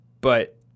but-